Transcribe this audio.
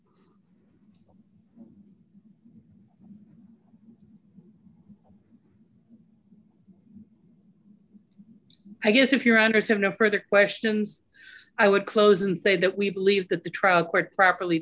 complaint i guess if you're under seven a further questions i would close and say that we believe that the trial court properly